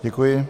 Děkuji.